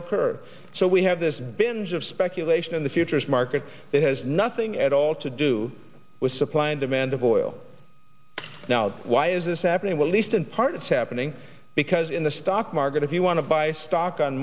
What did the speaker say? ocurred so we have this binge of speculation in the futures market that has nothing at all to do with supply and demand of oil now why is this happening we're least in part it's happening because in the stock market if you want to buy stock on